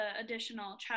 additional